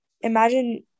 imagine